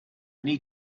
need